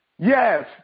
Yes